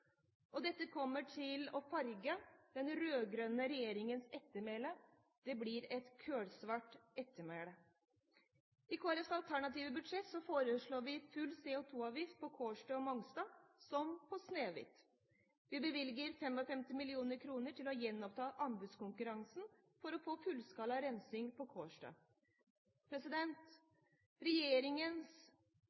og dette kommer til å farge den rød-grønne regjeringens ettermæle. Det blir et kullsvart ettermæle. I Kristelig Folkepartis alternative budsjett foreslår vi full CO2-avgift på Kårstø og Mongstad, som på Snøhvit. Vi bevilger 55 mill. kr til å gjenoppta anbudskonkurransen for å få fullskala rensing på